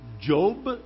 Job